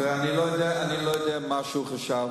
תראה, אני לא יודע מה הוא חשב.